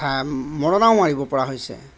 মৰণাও মাৰিব পৰা হৈছে